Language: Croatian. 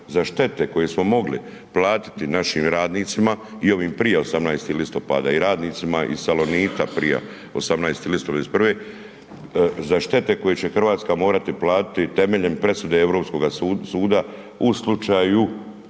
za štete koje smo mogli platiti našim radnicima i ovim prije 18. listopada i radnicima iz Salonita prije 18. listopada 1991. za štete koje će Hrvatska morati platiti temeljem presude Europskoga suda u slučaju